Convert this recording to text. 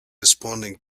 responding